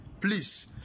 please